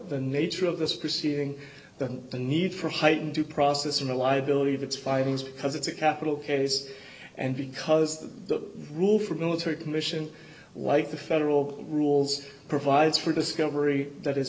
the nature of this proceeding than the need for heightened due process and a liability of its findings because it's a capital case and because the rule for a military commission like the federal rules provides for discovery that is